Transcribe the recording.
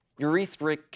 urethric